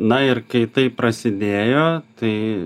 na ir kai tai prasidėjo tai